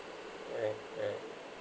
correct correct